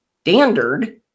standard